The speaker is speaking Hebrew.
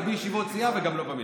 לא בישיבות סיעה וגם לא במליאה.